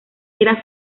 era